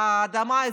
האדמה,